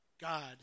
God